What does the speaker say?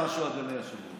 תחושת בעלי הבית